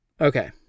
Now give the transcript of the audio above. okay